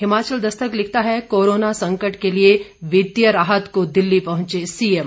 हिमाचल दस्तक लिखता है कोरोना संकट के लिए वितीय राहत को दिल्ली पहुंचे सीएम